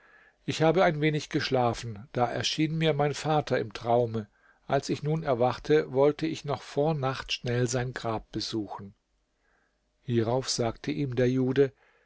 ich habe ein wenig geschlafen da erschien mir mein vater im traume als ich nun erwachte wollte ich noch vor nacht schnell sein grab besuchen hierauf sagte ihm der jude